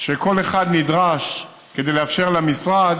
וכל אחד נדרש, כדי לאפשר למשרד